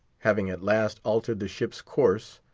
having at last altered the ship's course,